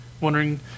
wondering